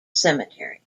cemetery